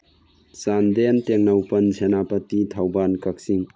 ꯆꯥꯟꯗꯦꯜ ꯇꯦꯡꯅꯧꯄꯜ ꯁꯦꯅꯥꯄꯇꯤ ꯊꯧꯕꯥꯜ ꯀꯛꯆꯤꯡ